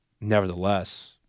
nevertheless